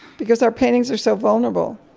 because our paintings are so vulnerable.